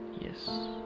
Yes